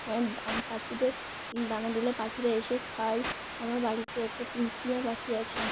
পাখিতে দানা দিলে পাখিরা এসে খাই আমার বাড়িতে একটা টিয়া পাখি আছে